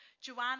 Joanna